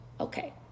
okay